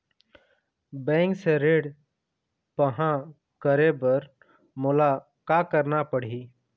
Bank से ऋण पाहां करे बर मोला का करना पड़ही?